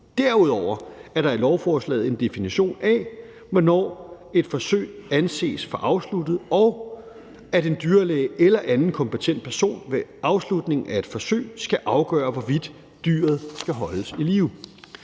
Derudover er der i lovforslaget en definition af, hvornår et forsøg anses for afsluttet, og at en dyrlæge eller anden kompetent person ved afslutningen af et forsøg skal afgøre, hvorvidt dyret skal holdes i live.